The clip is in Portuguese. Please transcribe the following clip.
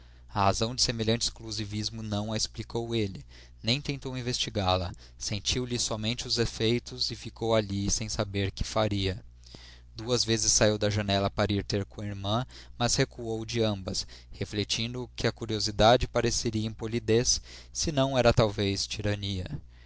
razão de semelhante exclusivismo não a explicou ele nem tentou investigá la sentiu lhe somente os efeitos e ficou ali sem saber que faria duas vezes saiu da janela para ir ter com a irmã mas recuou de ambas refletindo que a curiosidade pareceria impolidez se não era talvez tirania